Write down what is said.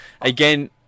Again